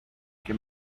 que